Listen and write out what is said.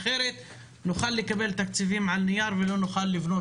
אחרת נוכל לקבל תקציבים על נייר ולא נוכל לבנות,